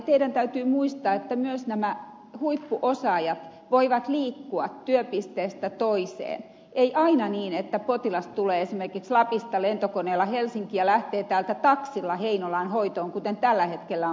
teidän täytyy muistaa että myös nämä huippuosaajat voivat liikkua työpisteestä toiseen ei aina niin että potilas tulee esimerkiksi lapista lentokoneella helsinkiin ja lähtee täältä taksilla heinolaan hoitoon kuten tällä hetkellä on käynyt